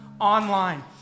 online